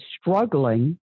struggling